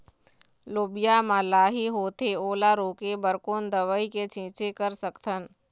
लोबिया मा लाही होथे ओला रोके बर कोन दवई के छीचें कर सकथन?